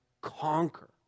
conquer